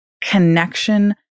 connection